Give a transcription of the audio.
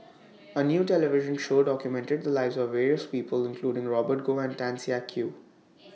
A New television Show documented The Lives of various People including Robert Goh and Tan Siak Kew